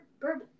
bourbon